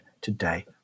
today